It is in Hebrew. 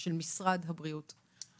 של משרד הבריאות.